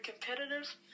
competitive